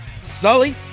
Sully